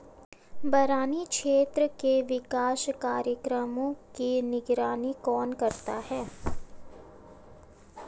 बरानी क्षेत्र के विकास कार्यक्रमों की निगरानी कौन करता है?